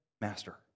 master